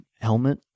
helmet